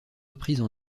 reprises